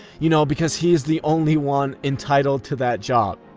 you know, because he is the only one entitled to that job.